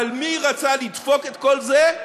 אבל מי רצה לדפוק את כל זה?